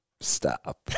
Stop